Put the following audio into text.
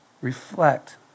reflect